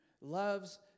loves